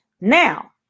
Now